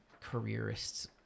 careerists